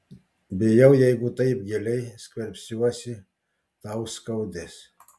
bijau jeigu taip giliai skverbsiuosi tau skaudės